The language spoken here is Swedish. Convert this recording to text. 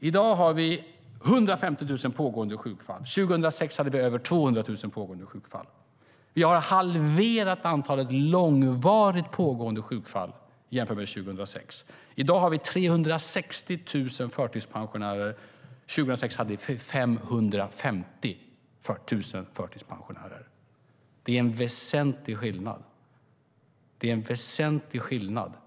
I dag har vi 150 000 pågående sjukfall. År 2006 hade vi över 200 000 pågående sjukfall. Vi har halverat antalet långvariga sjukfall jämfört med 2006. I dag har vi 360 000 förtidspensionärer. År 2006 hade vi 550 000 förtidspensionärer. Det är en väsentlig skillnad!